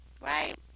right